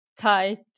tight